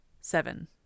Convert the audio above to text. Seven